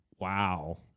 Wow